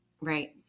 Right